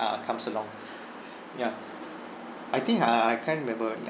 uh comes along ya I think I I can't remember